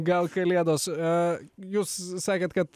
gal kalėdos a jūs sakėt kad